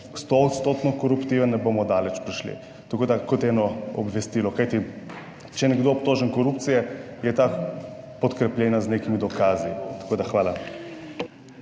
koruptiven, ne bomo daleč prišli. Tako da kot eno obvestilo. Kajti če je nekdo obtožen korupcije, je ta podkrepljena z nekimi dokazi. Tako da hvala.